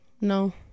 No